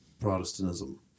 Protestantism